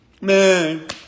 man